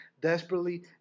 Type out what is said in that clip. desperately